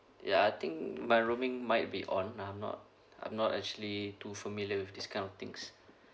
ya I think my rooming might be on and I'm not I'm not actually too familiar with this kind of things